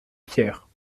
pierre